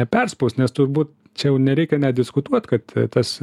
neperspaust nes turbūt čia jau nereikia net diskutuot kad tas